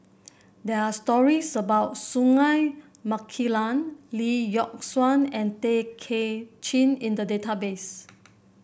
there are stories about Singai Mukilan Lee Yock Suan and Tay Kay Chin in the database